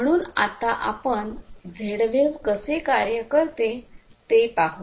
म्हणून आता आपण झेड वेव्ह कसे कार्य करते ते पाहू